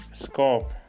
scope